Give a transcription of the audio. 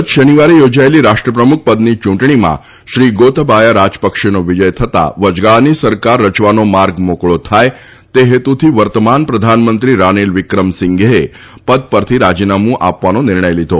ગત શનિવારે યોજાયેલી રાષ્ટ્રપ્રમુખ પદની ચૂંટણીમાં શ્રી ગોતબાયા રાજપક્ષેનો વિજય થતાં વચગાળાની સરકાર રચવાનો માર્ગ મોકળો થાય તે હેતુથી વર્તમાન પ્રધાનમંત્રી રાનિલ વિક્રમસિંઘેએ પદ પરથી રાજીનામું આપવાનો નિર્ણય લીધો